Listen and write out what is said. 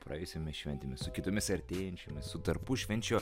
praėjusiomis šventėmis su kitomis artėjančiomis su tarpušvenčiu